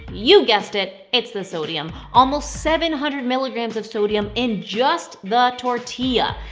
you guessed it it's the sodium. almost seven hundred milligrams of sodium in just the tortilla.